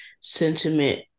sentiment